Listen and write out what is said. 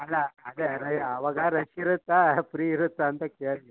ಅಲ್ಲ ಅದೇ ಅದೇ ಅವಾಗ ರಶ್ ಇರುತ್ತಾ ಫ್ರೀ ಇರುತ್ತಾ ಅಂತ ಕೇಳಿದೆ